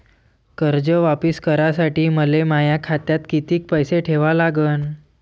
कर्ज वापिस करासाठी मले माया खात्यात कितीक पैसे ठेवा लागन?